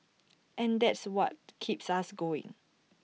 and that's what keeps us going